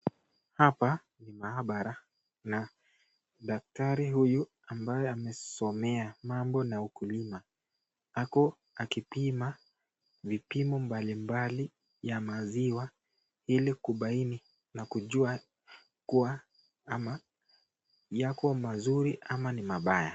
Hapa kuna maabara. Daktari huyu amesomea mambo na ukulima . Ako akipima vipimo mbalimbali vya maziwa hili kubaini na kujua kuwa amam yako mazuri ama ni mabaya.